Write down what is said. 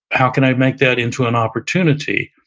how can i make that into an opportunity?